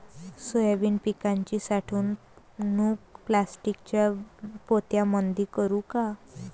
Soybean पिकाची साठवणूक प्लास्टिकच्या पोत्यामंदी करू का?